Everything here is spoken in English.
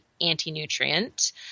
anti-nutrient